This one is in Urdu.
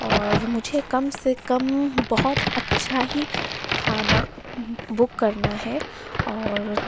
اور مجھے کم سے کم بہت اچھا ہی کھانا بک کرنا ہے اور